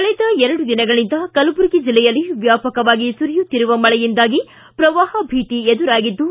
ಕಳೆದ ಎರಡು ದಿನಗಳಿಂದ ಕಲಬುರಗಿ ಜಿಲ್ಲೆಯಲ್ಲಿ ವ್ಯಾಪಕವಾಗಿ ಸುರಿಯುತ್ತಿರುವ ಮಳೆಯಿಂದಾಗಿ ಪ್ರವಾಪ ಭೀತಿ ಎದುರಾಗಿದ್ದು